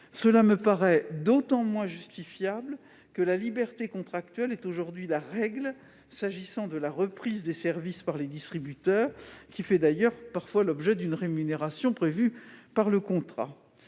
Cela me paraît d'autant moins justifiable que la liberté contractuelle est aujourd'hui la règle s'agissant de la reprise des services par les distributeurs, qui fait parfois l'objet, d'ailleurs, d'une rémunération prévue dans le contrat.